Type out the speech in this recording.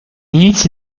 inizi